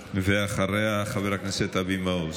אחריה, חבר הכנסת אבי מעוז.